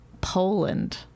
Poland